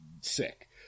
sick